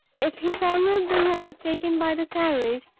if he followed the road taken by the carriage,